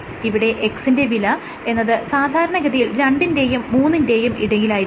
ഇവിടെ x ന്റെ വില എന്നത് സാധാരണഗതിയിൽ രണ്ടിന്റെയും മൂന്നിന്റെയും ഇടയിലായിരിക്കും